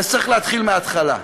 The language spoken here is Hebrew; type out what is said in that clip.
אז צריך להתחיל מההתחלה,